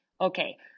Okay